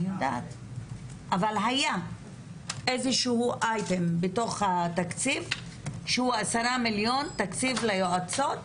אבל היה איזה שהוא אייטם בתוך התקציב שהוא 10 מיליון תקציב ליועצות